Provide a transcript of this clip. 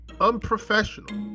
unprofessional